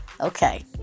Okay